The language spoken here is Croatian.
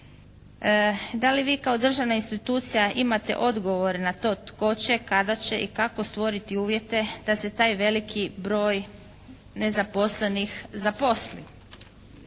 Da li vi kao državna institucija imate odgovore na to tko će, kada će i kako stvoriti uvjete da se taj veliki broj nezaposlenih zaposli?